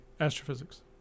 Astrophysics